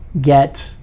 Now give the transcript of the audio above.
get